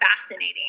fascinating